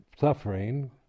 suffering